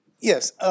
Yes